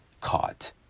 caught